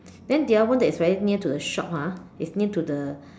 then the other one that is very near to the shop ah is near to the